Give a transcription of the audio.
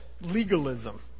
legalism